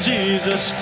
Jesus